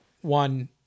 one